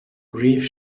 grief